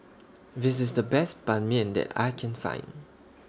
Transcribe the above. This IS The Best Ban Mian that I Can Find